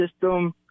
system